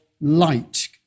light